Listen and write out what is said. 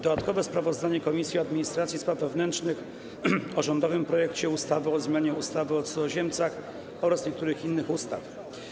Dodatkowe sprawozdanie Komisji Administracji i Spraw Wewnętrznych o rządowym projekcie ustawy o zmianie ustawy o cudzoziemcach oraz niektórych innych ustaw.